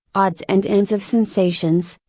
odds and ends of sensations,